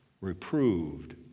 reproved